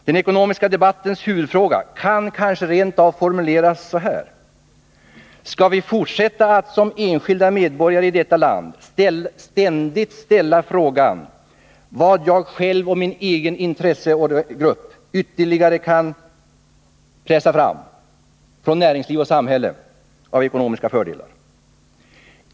Den ekonomiska debattens huvudfråga kan kanske rent av formuleras så här: Skall vi fortsätta att som enskilda medborgare i detta land ständigt ställa frågan: Vad kan jag själv och min egen intressegrupp ytterligare tilltvinga oss från näringsliv och 78 samhälle av ekonomiska fördelar?